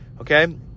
Okay